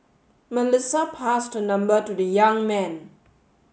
Melissa passed her number to the young man